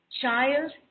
child